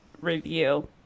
review